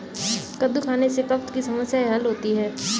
कद्दू खाने से कब्ज़ की समस्याए हल होती है